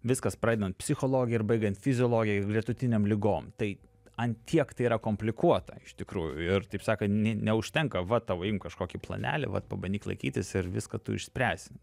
viskas pradedant psichologija ir baigiant fiziologija ir gretutinėm ligom tai ant tiek tai yra komplikuota iš tikrųjų ir taip sakant ne neužtenka va tau imk kažkokį planelį vat pabandyk laikytis ir viską tu išspręsi